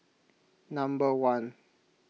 number one